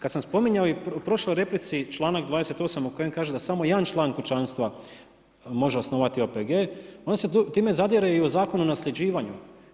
Kada sam spominjao i u prošloj replici članak 28. u kojem kaže da samo jedan član kućanstva može osnovati OPG onda se time zadire i u Zakon o nasljeđivanju.